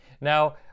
now